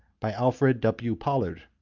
by alfred w. pollard,